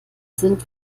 sind